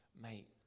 mate